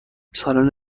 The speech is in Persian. سالن